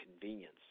convenience